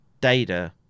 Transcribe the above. data